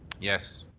yes.